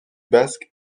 basque